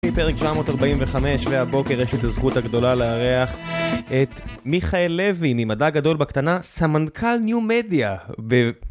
פרק 745, והבוקר יש את הזכות הגדולה להריח את מיכאל לוי ממדע גדול בקטנה, סמנכל ניו-מדיה, ב...